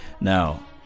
Now